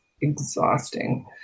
exhausting